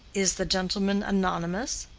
is the gentlemen anonymous?